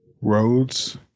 roads